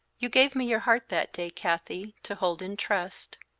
you gave me your heart that day, kathie, to hold in trust.